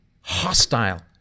hostile